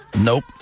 Nope